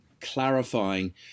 clarifying